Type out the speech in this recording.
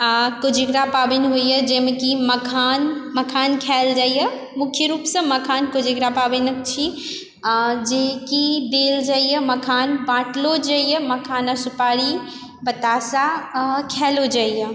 आओर कोजगरा पाबनि होइए जैमे कि मखान मखान खायल जाइए मुख्य रूपसँ मखान कोजगरा पाबनि छी आओर जे कि देल जाइए मखान बाँटलो जाइए मखान आओर सुपारी बताशा आओर खायलो जाइए